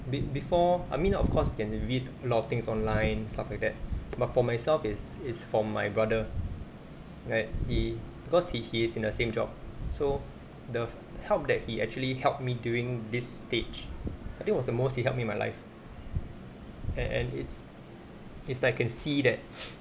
be before I mean of course you can read a lot of things online stuff like that but for myself is is from my brother right he because he he is in the same job so the help that he actually helped me during this stage I think was the most he~ help in my life and and it's it's I can see that